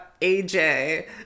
AJ